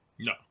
No